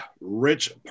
Rich